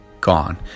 gone